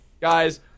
guys